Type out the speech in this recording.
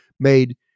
made